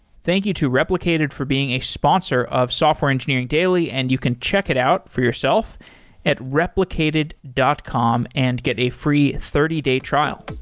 thank you to replicated for being a sponsor of software engineering daily, and you can check it out for yourself at replicated dot com and get a free thirty day trial